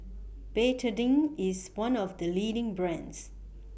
Betadine IS one of The leading brands